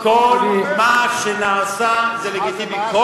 כל מה שנעשה זה לגיטימי.